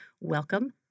Welcome